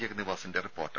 ജഗന്നിവാസന്റെ report